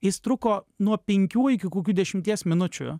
jis truko nuo penkių iki kokių dešimties minučių